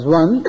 one